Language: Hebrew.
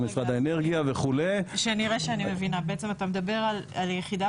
משרד האנרגיה וכו'- -- אתה מדבר על יחידה